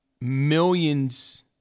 millions